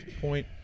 point